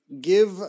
give